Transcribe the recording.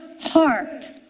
heart